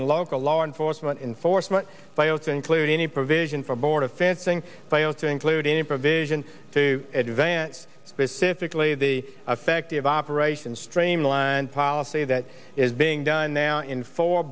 and local law enforcement enforcement bios include any provision for border fencing bios to include any provision to advance specific lee the effect of operation streamline policy that is being done now in fo